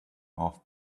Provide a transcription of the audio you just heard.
off